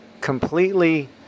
completely